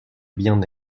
bien